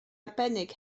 arbennig